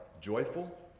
joyful